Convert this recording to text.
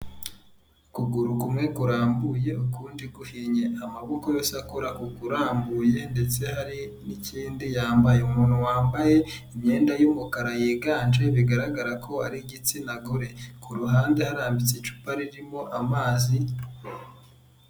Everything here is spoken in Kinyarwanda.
Ukuguru kumwe kurambuye ukundi guhinye amaboko yose akora ku kurambuye ndetse hari n'ikindi yambaye, umuntu wambaye imyenda y'umukara yiganje bigaragara ko ari igitsina gore, ku ruhande harambitse icupa ririmo amazi.